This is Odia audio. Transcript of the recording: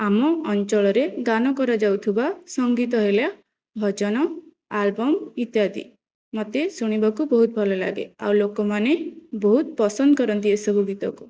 ଆମ ଅଞ୍ଚଳରେ ଗାନ କରାଯାଉଥିବା ସଙ୍ଗୀତ ହେଲା ଭଜନ ଆଲବମ୍ ଇତ୍ୟାଦି ମୋତେ ଶୁଣିବାକୁ ବହୁତ ଭଲ ଲାଗେ ଆଉ ଲୋକମାନେ ବହୁତ ପସନ୍ଦ କରନ୍ତି ଏସବୁ ଗୀତକୁ